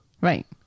Right